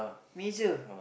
Major